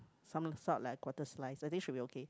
some sort like quarter slice I think should be okay